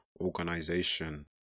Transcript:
organization